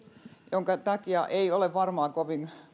minkä takia ei ole varmaan kovin